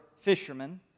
fishermen